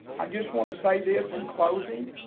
i just want to say this in closing,